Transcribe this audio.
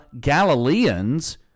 Galileans